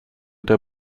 der